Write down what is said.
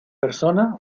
persona